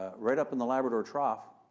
ah right up in the labrador trough,